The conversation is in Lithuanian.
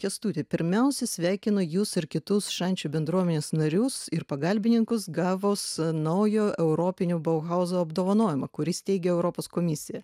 kęstuti pirmiausia sveikinu jus ir kitus šančių bendruomenės narius ir pagalbininkus gavus naujo europinio bauhauzo apdovanojimą kurį steigia europos komisija